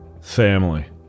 family